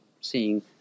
seeing